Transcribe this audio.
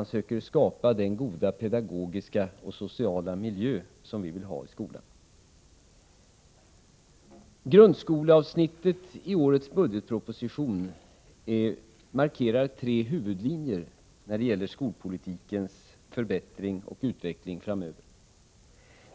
och söker skapa den goda pedagogiska och sociala miljö som vi vill ha i skolan. Grundskoleavsnittet i årets budgetproposition markerar tre huvudlinjer när det gäller skolpolitikens förbättring och utveckling framöver.